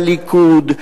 והליכוד,